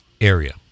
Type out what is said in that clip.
area